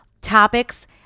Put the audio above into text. topics